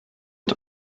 der